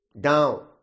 down